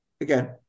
again